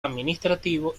administrativo